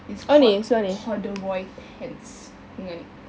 it's called corduroy pants dengan ni